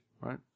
Right